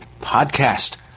PODCAST